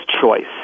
choice